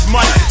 Money